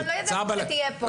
לא ידעתי שתהיה פה.